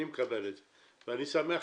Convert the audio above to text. אני מקבל את זה ואני שמח,